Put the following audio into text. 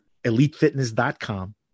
elitefitness.com